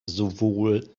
sowohl